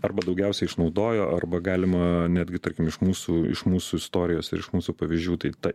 arba daugiausiai išnaudojo arba galima netgi tarkim iš mūsų iš mūsų istorijos ir iš mūsų pavyzdžių tai ta